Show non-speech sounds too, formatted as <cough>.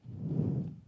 <breath>